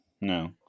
No